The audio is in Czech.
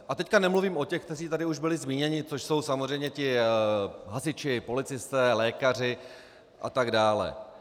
A teď nemluvím o těch, kteří tady už byli zmíněni, což jsou samozřejmě ti hasiči, policisté, lékaři a tak dále.